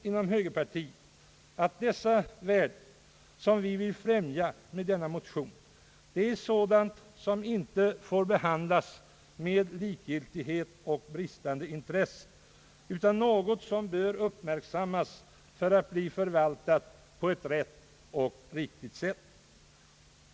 Inom högerpartiet anser vi att de värden, som vi vill främja med vår motion, inte får behandlas med likgiltighet och bristande intresse utan att de bör uppmärksammas för att bli förvaltade på ett rätt och riktigt sätt.